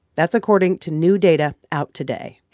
that's according to new data out today.